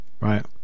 Right